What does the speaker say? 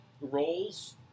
Roles